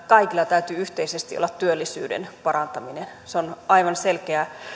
kaikilla täytyy yhteisesti olla työllisyyden parantaminen se on aivan selkeä